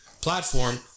platform